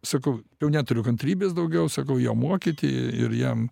sakau jau neturiu kantrybės daugiau sakau jo mokyti ir jam